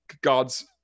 God's